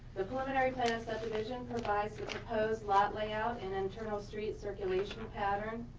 the preliminary plan subdivision provides the proposed lot layout and internal street circulation pattern.